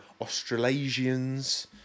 Australasians